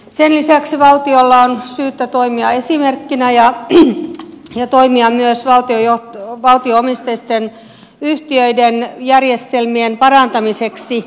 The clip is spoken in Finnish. sen lisäksi valtiolla on syytä toimia esimerkkinä ja toimia myös valtio omisteisten yhtiöiden järjestelmien parantamiseksi